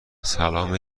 سلام